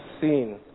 seen